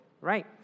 Right